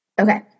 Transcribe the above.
Okay